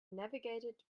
navigated